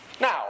Now